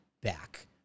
back